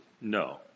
no